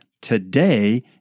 today